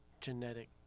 genetic